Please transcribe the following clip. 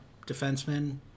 defensemen